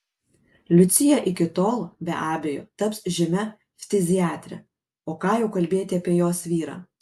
liucija iki tol be abejo taps žymia ftiziatre o ką jau kalbėti apie jos vyrą